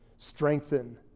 strengthen